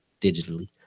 digitally